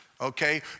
Okay